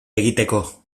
egiteko